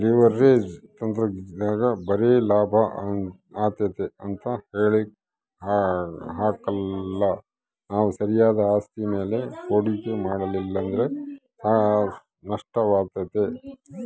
leverage ತಂತ್ರದಾಗ ಬರೆ ಲಾಭ ಆತತೆ ಅಂತ ಹೇಳಕಾಕ್ಕಲ್ಲ ನಾವು ಸರಿಯಾದ ಆಸ್ತಿ ಮೇಲೆ ಹೂಡಿಕೆ ಮಾಡಲಿಲ್ಲಂದ್ರ ನಷ್ಟಾತತೆ